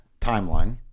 timeline